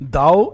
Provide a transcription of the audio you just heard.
Thou